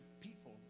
people